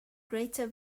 greater